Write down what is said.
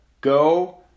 go